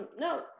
No